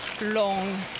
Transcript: long